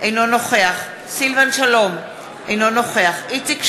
אינו נוכח סילבן שלום, אינו נוכח איציק שמולי,